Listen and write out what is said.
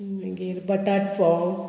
मागीर बटाट फोम